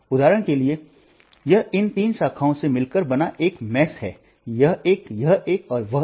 उदाहरण के लिए यह इन तीन शाखाओं से मिलकर बना एक जाल है यह एक यह एक और वह एक